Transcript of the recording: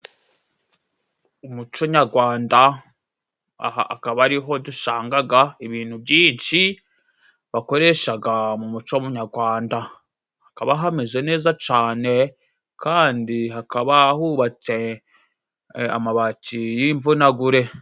Umuco nyagwanda aha akaba ariho dushangaga ibintu byinshi bakoreshaga mu muco nyagwanda, hakaba hameze neza cane kandi hakaba hubace amabaci y'imvunagure.